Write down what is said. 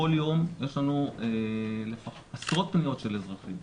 כל יום יש לנו עשרות פניות של אזרחים.